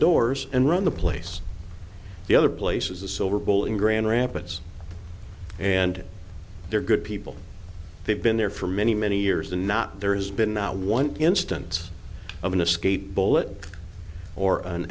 doors and run the place the other places the silver bowl in grand rapids and they're good people they've been there for many many years and not there has been not one instance of an escape bullet or an